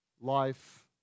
life